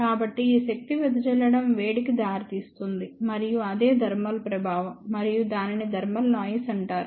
కాబట్టి ఈ శక్తి వెదజల్లడం వేడికి దారితీస్తుంది మరియు అదే థర్మల్ ప్రభావం మరియు దానిని థర్మల్ నాయిస్ అంటారు